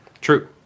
true